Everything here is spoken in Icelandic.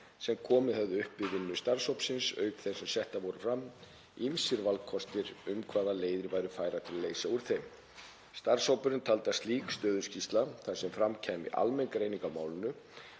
sem komið höfðu upp við vinnu starfshópsins, auk þess sem settir voru fram ýmsir valkostir um hvaða leiðir væru færar til að leysa úr þeim. Starfshópurinn taldi að slík stöðuskýrsla, þar sem fram kæmi almenn greining á málinu,